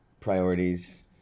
priorities